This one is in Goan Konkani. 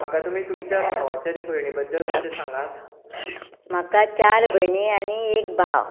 म्हाका तुमी तुमच्या भावाच्या आनी भयणी बद्दल मातशें सांगात म्हाका चार भयणी आनी एक भाव